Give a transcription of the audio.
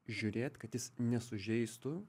žiūrėt kad jis nesužeistų